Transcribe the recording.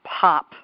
pop